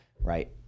Right